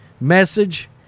message